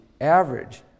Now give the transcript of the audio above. average